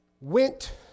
went